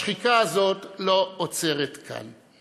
השחיקה הזאת לא עוצרת כאן.